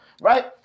right